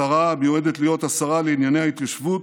השרה המיועדת להיות השרה לענייני ההתיישבות,